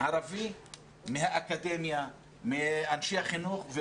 ערבי מהאקדמיה, מאנשי החינוך.